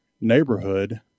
neighborhood